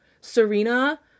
Serena